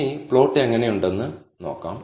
ഇനി പ്ലോട്ട് എങ്ങനെയുണ്ടെന്ന് നോക്കാം